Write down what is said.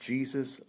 Jesus